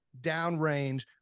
downrange